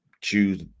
choose